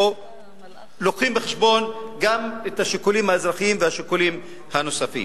מביאים בחשבון גם את השיקולים האזרחיים והשיקולים הנוספים.